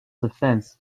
defense